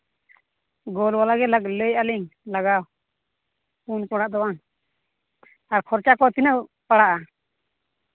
ᱜᱳᱞ ᱵᱟᱞᱟᱜᱮ ᱞᱟᱹᱭᱮᱫᱼᱟᱹᱞᱤᱧ ᱞᱟᱜᱟᱣ ᱯᱩᱱ ᱠᱚᱬᱟᱜ ᱫᱚ ᱵᱟᱝ ᱟᱨ ᱠᱷᱚᱨᱪᱟ ᱠᱚ ᱛᱤᱱᱟᱹᱜ ᱯᱟᱲᱟᱜᱼᱟ